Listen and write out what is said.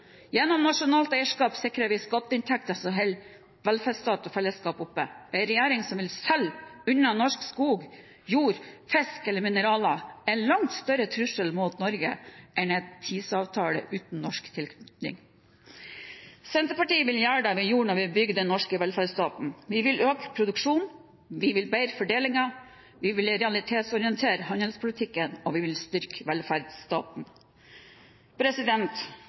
Gjennom nasjonalt eierskap sikrer vi skatteinntekter som holder velferdsstat og fellesskap oppe. En regjering som vil selge unna norsk skog, jord, fisk eller mineraler, er en langt større trussel mot Norge enn en TISA-avtale uten norsk tilknytning. Senterpartiet vil gjøre det vi gjorde da vi bygde den norske velferdsstaten. Vi vil øke produksjonen, vi vil bedre fordelingen, vi vil realitetsorientere handelspolitikken, og vi vil styrke velferdsstaten.